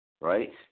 right